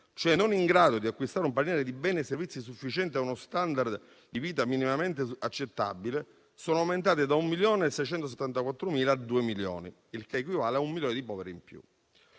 cioè non in grado di acquistare un paniere di beni e servizi sufficiente a uno *standard* di vita minimamente accettabile, sono aumentate da 1.674.000 a 2 milioni, il che equivale a centinaia di migliaia di